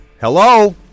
Hello